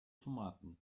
tomaten